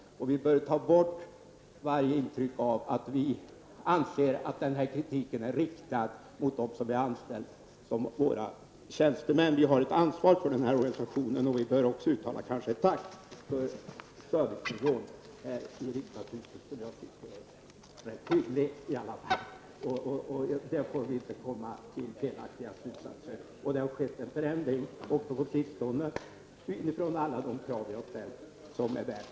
Vi bör ta bort varje intryck av att vi anser att den här kritiken är riktad mot dem som är anställda som våra tjänstemän. Vi har ett ansvar för den här organisationen, och vi bör också uttala ett tack för den service som vi får här i huset. Den är i alla fall rätt hygglig. Vi får inte dra felaktiga slutsatser. Det har skett en förändring på sistone, vilket är värt beröm.